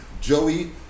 Joey